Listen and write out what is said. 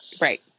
Right